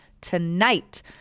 tonight